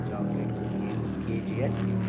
chocolate cookies کے جی حظ